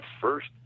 first